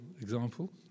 example